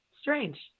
strange